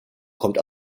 kommt